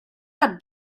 fynd